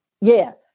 Yes